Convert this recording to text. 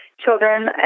children